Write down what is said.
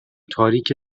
تاریک